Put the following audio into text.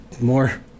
more